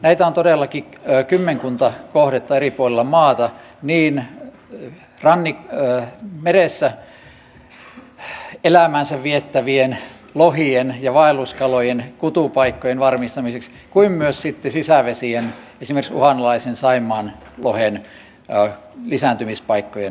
näitä on todellakin kymmenkunta kohdetta eri puolilla maata niin meressä elämäänsä viettävien lohien ja vaelluskalojen kutupaikkojen varmistamiseksi kuin myös sitten sisävesien esimerkiksi uhanalaisen saimaanlohen lisääntymispaikkojen varmistamiseksi